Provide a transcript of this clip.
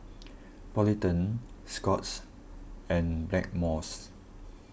Polident Scott's and Blackmores